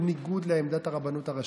בניגוד לעמדת הרבנות הראשית.